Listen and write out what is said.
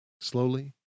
Slowly